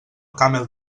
camel